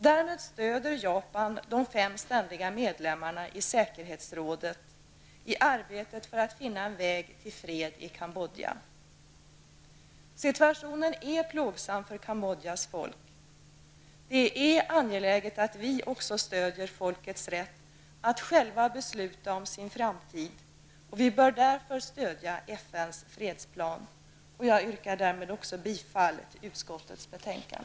Därmed stöder Japan de fem ständiga medlemmarna i säkerhetsrådet i arbetet för att finna en väg till fred i Kambodja. Situationen är plågsam för Kambodjas folk. Det är angeläget att också vi stödjer det kambodjanska folkets rätt att själva besluta om sin framtid. Vi bör därför stödja FNs fredsplan. Jag yrkar därmed bifall till utskottets hemställan.